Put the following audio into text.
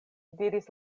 diris